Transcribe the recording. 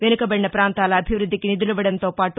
వెనుకబడిన ప్రాంతాల అభివృద్దికి నిధులివ్వడంతో పాటు